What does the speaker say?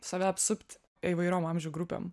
save apsupt įvairiom amžių grupėm